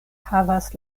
havas